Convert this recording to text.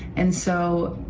and, so,